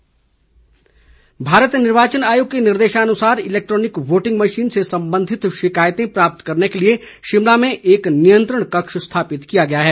DC Shimla Bharat निर्वाचन आयोग के निर्देशानुसार इलैक्ट्रिॉनिक वोटिंग मशीन से संबंधित शिकायतें प्राप्त करने के लिए शिमला में एक नियंत्रण कक्ष स्थापित किया गया है